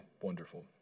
wonderful